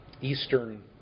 Eastern